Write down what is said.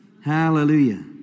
Hallelujah